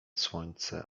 słońce